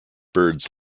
birds